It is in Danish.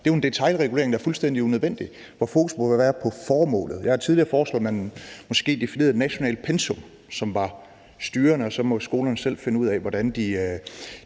Det er jo en detailregulering, der er fuldstændig unødvendig. Fokus må være på formålet. Jeg har tidligere foreslået, at man måske definerede et nationalt pensum, som var styrende, og så måtte skolerne selv finde ud af, hvordan de